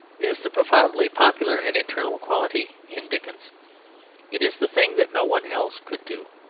is the profoundly popular and eternal quality in dickens it is the thing that no one else could do.